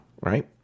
right